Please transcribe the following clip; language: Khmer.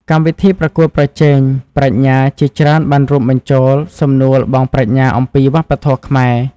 កម្មវិធីប្រកួតប្រជែងប្រាជ្ញាជាច្រើនបានរួមបញ្ចូល សំណួរល្បងប្រាជ្ញាអំពី វប្បធម៌ខ្មែរ។